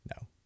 No